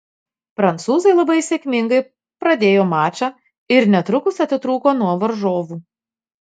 prancūzai labai sėkmingai pradėjo mačą ir netrukus atitrūko nuo varžovų